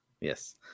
Yes